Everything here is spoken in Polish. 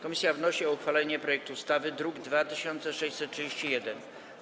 Komisja wnosi o uchwalenie projektu ustawy z druku nr 2631.